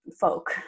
folk